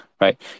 right